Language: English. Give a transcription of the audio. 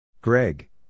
Greg